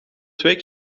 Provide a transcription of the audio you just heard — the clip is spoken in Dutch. twee